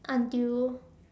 until